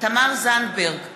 תמר זנדברג,